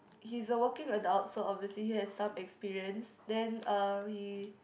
he's a working adult so obviously he has some experience then um he